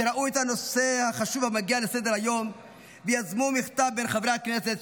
שראו את הנושא החשוב המגיע לסדר-היום ויזמו מכתב בין חברי הכנסת,